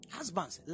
Husbands